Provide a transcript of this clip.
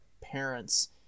parents